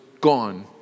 gone